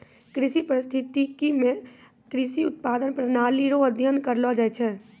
कृषि परिस्थितिकी मे कृषि उत्पादन प्रणाली रो अध्ययन करलो जाय छै